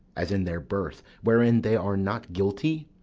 as in their birth wherein they are not guilty,